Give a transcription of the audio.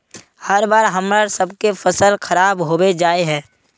हर बार हम्मर सबके फसल खराब होबे जाए है?